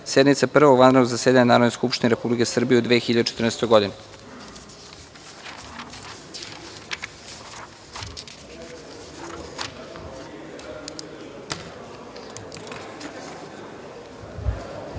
sednice prvog vanrednog zasedanja Narodne skupštine Republike Srbije u 2014.